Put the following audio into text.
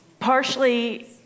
partially